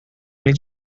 did